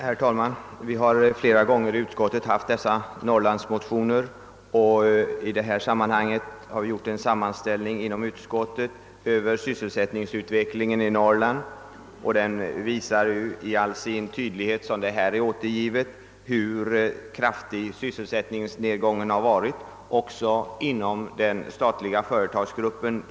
Herr talman! Vi har inom bankoutskottet vid flera tillfällen haft att behandla olika norrlandsmotioner. Vi har i år gjort en sammanställning över sysselsättningsutvecklingen i Norrland, som med all tydlighet visar hur kraftig sysselsättningsnedgången där varit också inom den statliga företagsgruppen.